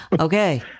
Okay